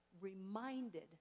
reminded